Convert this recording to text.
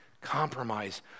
compromise